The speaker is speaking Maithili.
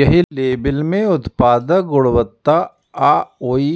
एहि लेबल मे उत्पादक गुणवत्ता आ ओइ